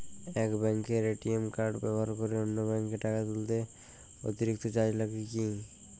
এক ব্যাঙ্কের ATM card ব্যবহার করে অন্য ব্যঙ্কে টাকা তুললে অতিরিক্ত চার্জ লাগে কি?